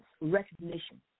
Recognition